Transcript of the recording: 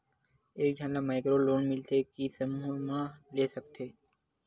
एक झन ला माइक्रो लोन मिलथे कि समूह मा ले सकती?